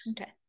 Okay